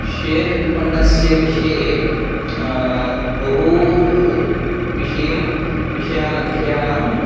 share विपणस्य विषये बहु विषयं विषयाः विषयाणां